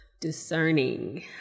discerning